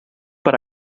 per